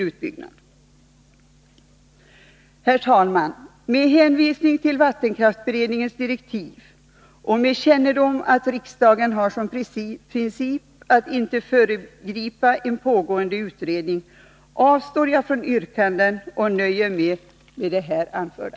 Herr talman! Med hänvisning till vattenkraftsberedningens direktiv och med kännedom om att riksdagen har som princip att inte föregripa en pågående utredning avstår jag från yrkande och nöjer mig med det här anförda.